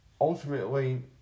Ultimately